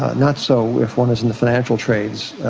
not so if one is in the financial trades,